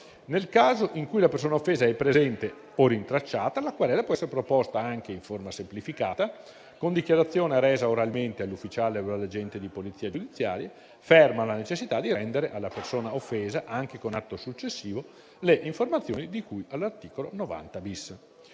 Nel caso in cui la persona offesa è presente o rintracciata, la querela può essere proposta anche in forma semplificata, con dichiarazione resa oralmente all'ufficiale o all'agente di polizia giudiziaria, ferma la necessità di rendere alla persona offesa, anche con atto successivo, le informazioni di cui all'articolo 90-*bis*.